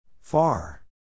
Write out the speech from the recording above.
Far